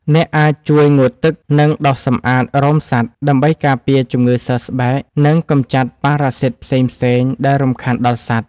អ្នកអាចជួយងូតទឹក និងដុសសម្អាតរោមសត្វ ដើម្បីការពារជំងឺសើស្បែក និងកម្ចាត់ប៉ារ៉ាស៊ីតផ្សេងៗដែលរំខានដល់សត្វ។